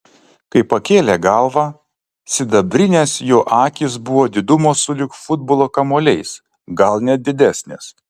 kai pakėlė galvą sidabrinės jo akys buvo didumo sulig futbolo kamuoliais gal net didesnės